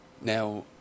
Now